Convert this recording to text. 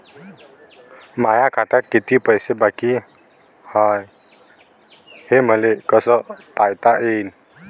माया खात्यात किती पैसे बाकी हाय, हे मले कस पायता येईन?